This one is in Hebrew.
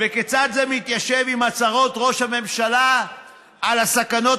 וכיצד זה מתיישב עם הצהרות ראש הממשלה על הסכנות